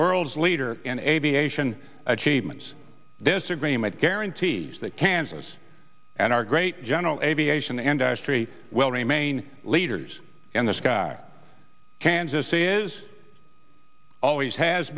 world's leader in aviation achievements this agreement guarantees that kansas and our great general aviation industry will remain leaders in the sky kansas city is always has